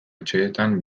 etxeetan